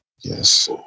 Yes